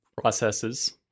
processes